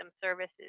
services